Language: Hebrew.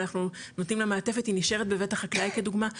אנחנו נותנים לה מעטפת היא נשארת בבית החקלאי' כדוגמא,